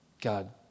God